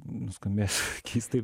nuskambės keistai